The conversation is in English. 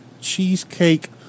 cheesecake